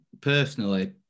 personally